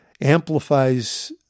amplifies